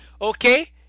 okay